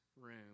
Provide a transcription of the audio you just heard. room